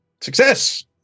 Success